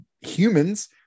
humans